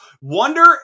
Wonder